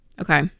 Okay